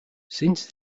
since